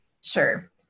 Sure